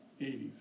80s